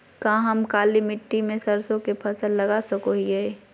का हम काली मिट्टी में सरसों के फसल लगा सको हीयय?